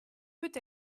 peut